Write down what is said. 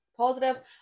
positive